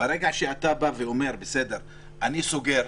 ברגע שאתה אומר "אני סוגר",